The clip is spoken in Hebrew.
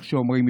איך שאומרים,